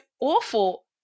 awful